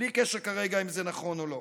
בלי קשר כרגע אם זה נכון או לא.